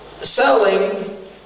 Selling